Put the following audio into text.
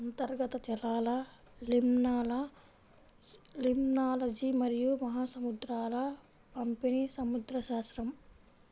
అంతర్గత జలాలలిమ్నాలజీమరియు మహాసముద్రాల పంపిణీసముద్రశాస్త్రం